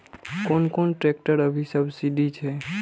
कोन कोन ट्रेक्टर अभी सब्सीडी छै?